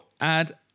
add